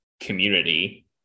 community